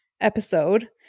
episode